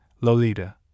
Lolita